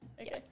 Okay